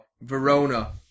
Verona